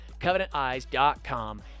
CovenantEyes.com